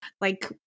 Like-